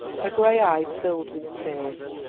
her grey eyes filled with tears,